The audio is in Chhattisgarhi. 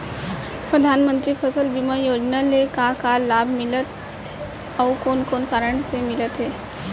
परधानमंतरी फसल बीमा योजना ले का का लाभ मिलथे अऊ कोन कोन कारण से मिलथे?